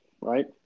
right